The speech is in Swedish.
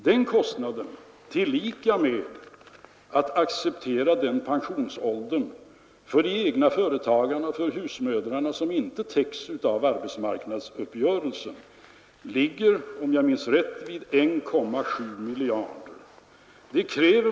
Den kostnaden, tillika med att acceptera samma pensionsålder för de egna företagarna och för husmödrarna, grupper som inte täcks av arbetsmarknadsuppgörelsen, ligger om jag minns rätt vid 1,7 miljarder.